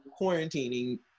quarantining